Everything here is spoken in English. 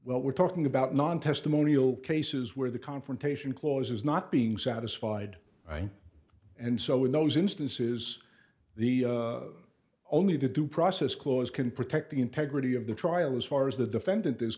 well we're talking about non testimonial cases where the confrontation clause is not being satisfied and so in those instances the only due process clause can protect the integrity of the trial as far as the defendant is